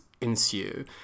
ensue